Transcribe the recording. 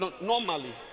normally